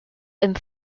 and